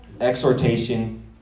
Exhortation